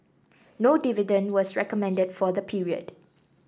no dividend was recommended for the period